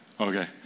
Okay